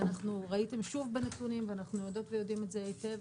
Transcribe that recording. ראיתם שוב בנתונים ואנחנו יודעים ויודעים את זה היטב,